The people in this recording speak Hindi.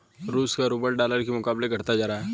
रूस का रूबल डॉलर के मुकाबले घटता जा रहा है